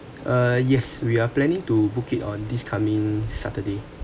uh yes we are planning to book it on this coming saturday